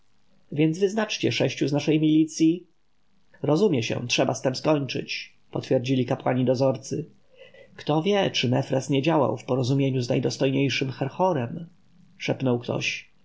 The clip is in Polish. więc wyznaczcie sześciu z naszej milicji rozumie się trzeba z tem skończyć potwierdzili kapłani-dozorcy kto wie czy mefres nie działał w porozumieniu z najdostojniejszym herhorem szepnął ktoś